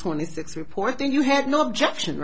twenty six report then you had no objection